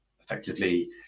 effectively